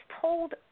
told